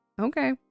okay